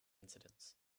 incidents